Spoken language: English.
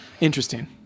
Interesting